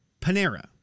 Panera